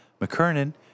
McKernan